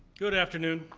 good afternoon.